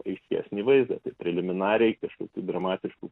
aiškesnį vaizdą tai preliminariai kažkokių dramatiškų